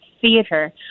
theater